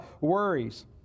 worries